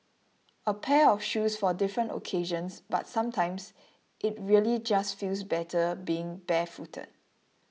a pair of shoes for different occasions but sometimes it really just feels better being barefooted